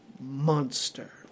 Monster